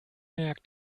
merkt